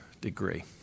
degree